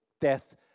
death